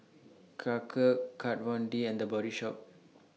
Karcher Kat Von D and The Body Shop